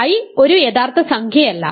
i ഒരു യഥാർത്ഥ സംഖ്യയല്ല